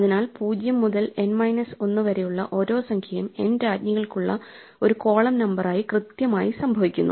അതിനാൽ 0 മുതൽ N minus 1 വരെയുള്ള ഓരോ സംഖ്യയും n രാജ്ഞികൾക്കുള്ള ഒരു കോളം നമ്പറായി കൃത്യമായി സംഭവിക്കുന്നു